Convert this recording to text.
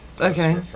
Okay